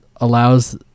allows